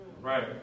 Right